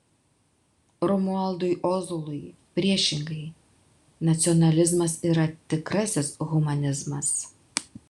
romualdui ozolui priešingai nacionalizmas yra tikrasis humanizmas